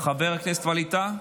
חבר הכנסת ווליד טאהא,